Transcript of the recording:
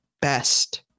best